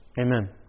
Amen